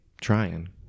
trying